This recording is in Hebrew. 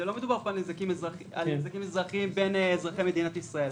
לא מדובר על נזקים אזרחיים בין אזרחי מדינת ישראל.